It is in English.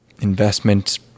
investment